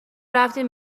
رفتیم